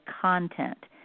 content